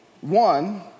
One